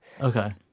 Okay